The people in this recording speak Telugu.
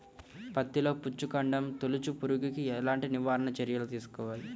పత్తిలో వచ్చుకాండం తొలుచు పురుగుకి ఎలాంటి నివారణ చర్యలు తీసుకోవాలి?